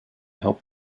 help